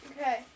Okay